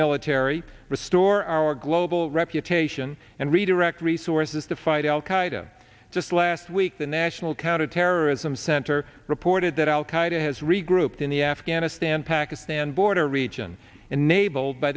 military restore our global reputation and redirect resources to fight al qaeda just last week the national counterterrorism center reported that al qaeda has regrouped in the afghanistan pakistan border region enabled by